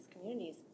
communities